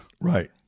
Right